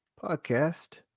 podcast